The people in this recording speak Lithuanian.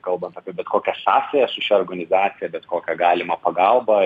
kalbant apie bet kokias sąsajas su šia organizacija bet kokią galimą pagalbą